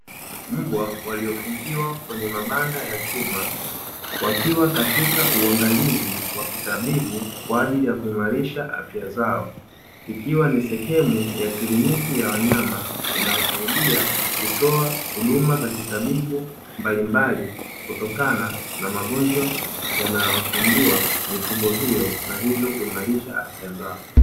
Mbwa waliofungiwa kwenye mabanda ya chuma, wakiwa katika uangalizi wa kitabibu kwaajili ya kuimarisha afya zao; ikiwa ni sehemu ya kliniki ya wanyama, inawasaidia kutoa huduma za kitabibu mbalimbali kutokana na magonjwa yanayowasumbua mifugo hiyo, na hivyo kuimarisha afya zao.